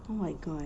oh my god